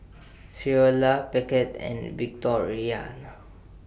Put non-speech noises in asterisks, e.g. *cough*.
*noise* Creola Beckett and Victoriano